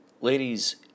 Ladies